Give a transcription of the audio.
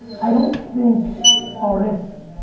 i don't think artists